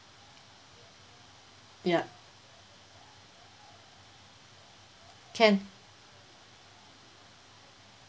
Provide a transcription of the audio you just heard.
ya can